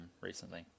recently